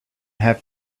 have